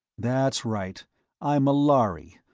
that's right i'm a lhari,